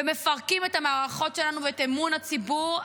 ומפרקים את המערכות שלנו ואת אמון הציבור,